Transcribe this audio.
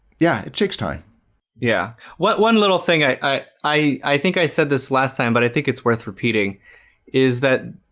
yeah, it takes time yeah what one little thing i i i think i said this last time but i think it's worth repeating is that